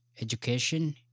education